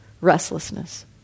restlessness